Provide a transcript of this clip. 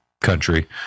country